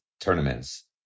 tournaments